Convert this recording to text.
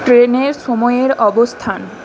ট্রেনের সময়ের অবস্থান